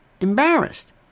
Embarrassed